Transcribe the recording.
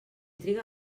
triga